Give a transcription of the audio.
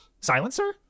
silencer